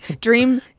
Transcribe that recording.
dream